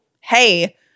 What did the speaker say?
hey